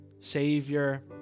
Savior